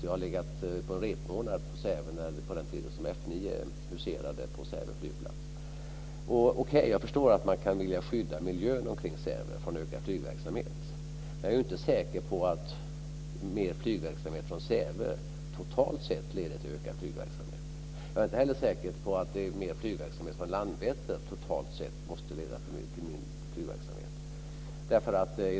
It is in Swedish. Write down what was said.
Jag har också gjort en repmånad i Säve på den tiden då F 9 huserade på Säve flygplats. Okej, jag förstår att man kan vilja skydda miljön kring Säve från utökad flygverksamhet men jag är inte säker på att mer flygverksamhet från Säve totalt sett leder till ökad flygverksamhet. Inte heller är jag säker på att mer flygverksamhet från Landvetter totalt sett måste påverka flygverksamheten.